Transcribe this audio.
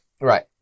Right